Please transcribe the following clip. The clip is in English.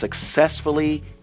successfully